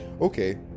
okay